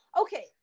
Okay